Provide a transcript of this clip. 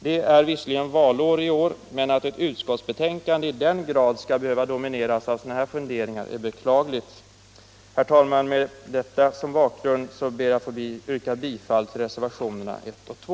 Det är visserligen valår i år, men att ett utskottsbetänkande till den grad skall behöva domineras av sådana här formuleringar är beklagligt. Herr talman! Med detta som bakgrund ber jag att få yrka bifall till reservationerna 1 och 2.